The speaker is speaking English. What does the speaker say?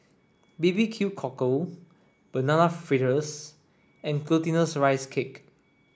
B B Q cockle banana fritters and glutinous rice cake